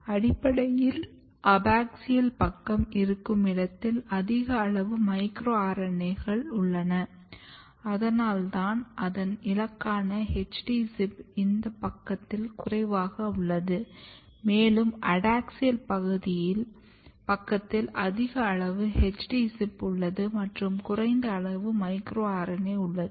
அடிப்படையில் அபாக்ஸியல் பக்கம் இருக்கும் இடத்தில் அதிக அளவு மைக்ரோ RNA கள் உள்ளன அதனால்தான் அதன் இலக்கண HD ZIP இந்த பக்கத்தில் குறைவாக உள்ளது மேலும் அடாக்ஸியல் பக்கத்தில் அதிக அளவு HD ZIP உள்ளது மற்றும் குறைந்த அளவு மைக்ரோ RNA உள்ளது